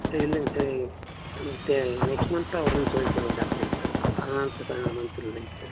சரி இல்லைங்க sir next மந்த்தான் வருன்னு சொல்லி சொன்னி தாப்புலைங்க சார் அது மந்த் இல்லைங்க சார்